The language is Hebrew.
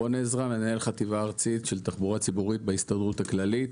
מנהל חטיבה ארצית של תחבורה ציבורית בהסתדרות הכללית.